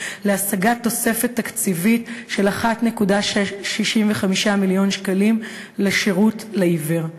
להשגת תוספת תקציבית של 1.65 מיליון לשירות לעיוור.